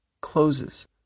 closes